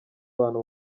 abantu